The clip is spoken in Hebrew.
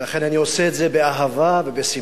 לכן אני עושה את זה באהבה ושמחה.